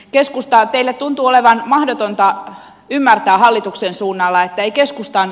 keskustaa teillä tuntuu olevan mahdotonta ymmärtää hallituksen suunnalla ei keskustaan